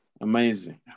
amazing